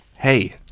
Hey